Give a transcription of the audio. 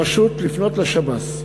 פשוט לפנות לשב"ס.